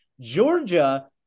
Georgia